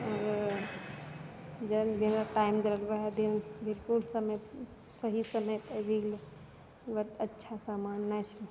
जाहि दिन पान देब वएह दिन सही समयपर आबि गेलै वएह अच्छा सामान नहि छै